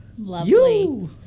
Lovely